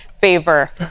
favor